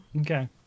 okay